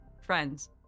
friends